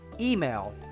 email